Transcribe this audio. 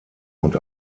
und